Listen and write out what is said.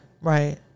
right